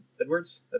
Edwards